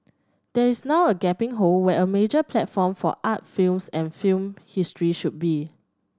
there is now a gaping hole where a major platform for art films and film history should be